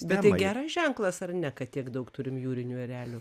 bet tai geras ženklas ar ne kad tiek daug turim jūrinių erelių